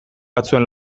batzuen